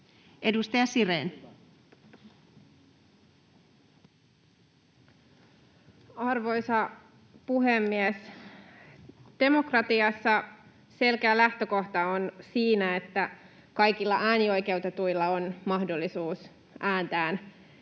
Edustaja Sirén. Arvoisa puhemies! Demokratiassa selkeä lähtökohta on, että kaikilla äänioikeutetuilla on mahdollisuus ääntään vaaleissa